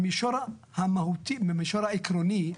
במישור המהותי, במישור העקרוני,